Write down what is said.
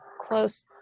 close